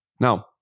Now